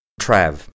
Trav